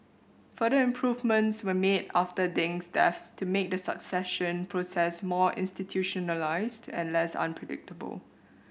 further improvements were made after Deng's death to make the succession process more institutionalised and less unpredictable